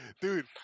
dude